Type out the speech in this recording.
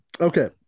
Okay